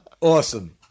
Awesome